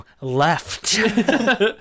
left